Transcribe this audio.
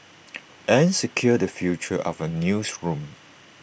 and secure the future of our newsroom